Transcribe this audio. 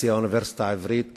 נשיא האוניברסיטה העברית